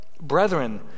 Brethren